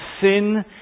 sin